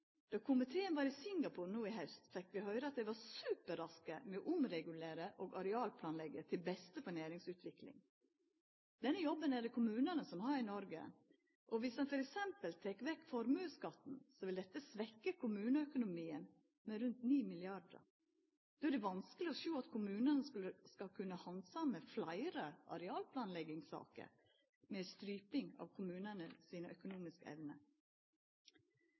Då komiteen var i Singapore no i haust, fekk vi høyra at dei var superraske med å omregulera og arealplanleggja til beste for næringsutvikling. Denne jobben er det kommunane som har i Noreg. Viss ein f.eks. tek vekk formuesskatten, vil dette svekkja kommuneøkonomien med rundt 9 mrd. kr. Det er vanskeleg å sjå at kommunane skal kunna handsama fleire arealplanleggingssaker med ei stryping av kommunane sine økonomiske